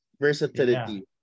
Versatility